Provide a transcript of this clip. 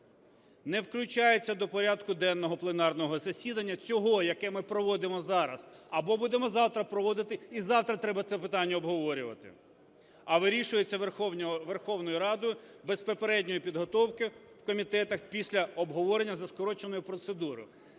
не включається до порядку денного пленарного засідання, – цього, яке ми проводимо зараз, або будемо завтра проводити і завтра треба це питання обговорювати – а вирішується Верховною Радою без попередньої підготовки в комітетах, після обговорення за скороченою процедурою".